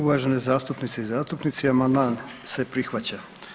Uvažene zastupnice i zastupnici, amandman se prihvaća.